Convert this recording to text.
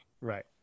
Right